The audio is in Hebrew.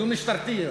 דיון משטרתי,